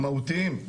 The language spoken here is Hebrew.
הם מהותיים.